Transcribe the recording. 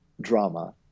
drama